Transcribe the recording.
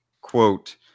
quote